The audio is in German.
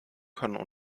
können